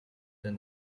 than